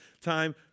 time